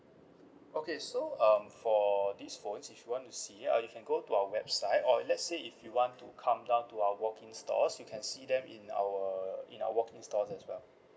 okay so um for these phones if you want to see uh you can go to our website or let's say if you want to come down to our walk in stores you can see them in our in our walk in stores as well